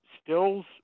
stills